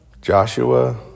Joshua